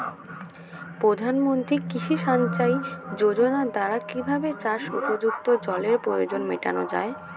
প্রধানমন্ত্রী কৃষি সিঞ্চাই যোজনার দ্বারা কিভাবে চাষ উপযুক্ত জলের প্রয়োজন মেটানো য়ায়?